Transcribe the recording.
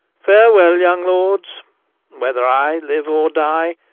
farewell, young lords whether i live or die,